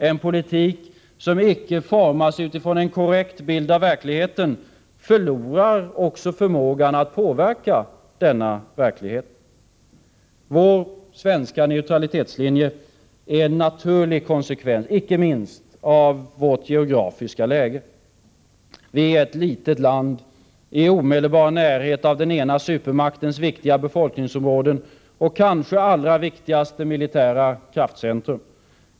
En politik som icke formas utifrån en korrekt bild av verkligheten förlorar också förmågan att påverka denna verklighet. Den svenska neutralitetslinjen är en naturlig konsekvens icke minst av vårt geografiska läge. Vi är ett litet land i omedelbar närhet av den ena supermaktens viktiga befolkningsområden och kanske allra viktigaste militära kraftcentrum.